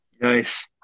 Nice